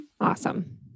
Awesome